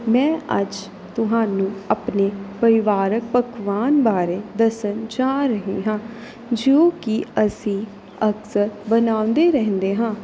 ਮੈਂ ਅੱਜ ਤੁਹਾਨੂੰ ਆਪਣੇ ਪਰਿਵਾਰਕ ਪਕਵਾਨ ਬਾਰੇ ਦੱਸਣ ਜਾ ਰਹੀ ਹਾਂ ਜੋ ਕਿ ਅਸੀਂ ਅਕਸਰ ਬਣਾਉਂਦੇ ਰਹਿੰਦੇ ਹਾਂ